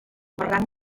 barranc